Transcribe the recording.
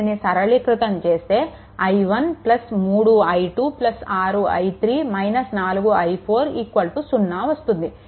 దీనిని సరళీకృతం చేస్తే i1 3 i2 6 i 3 4i4 0 వస్తుంది